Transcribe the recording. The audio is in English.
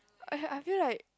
I I feel like